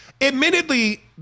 admittedly